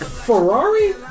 Ferrari